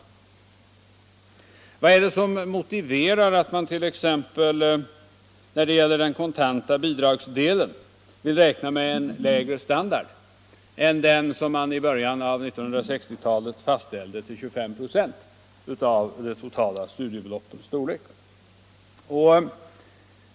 Vad är det som motiverar att man t.ex. när det gäller den kontanta bidragsdelen nu vill räkna med en lägre standard än den som man i början på 1960-talet fastställde till 25 procent av det totala studiebeloppets storlek?